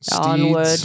Onward